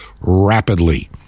rapidly